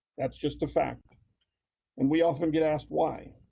that's just a fact and we often get asked why.